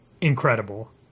incredible